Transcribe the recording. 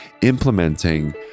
implementing